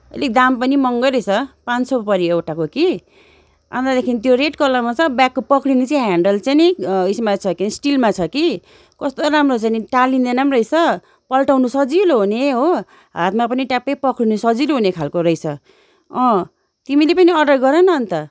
अलिक दाम पनि महँगै रहेछ पाँच सय पऱ्यो एउटाको कि अन्तदेखिन् त्यो रेड कलरमा छ ब्याकको पक्रिने चाहिँ हेन्डल चाहिँ नि उएसमा छ के अरे स्टिलमा छ कि कस्तो राम्रो छ नि टालिँदैन पनि रहेछ पल्टाउनु सजिलो हुने हो हातमा पनि ट्याप्पै पक्रिनु सजिलो हुने खालको रहेछ अँ तिमीले पनि अर्डर गर न अन्त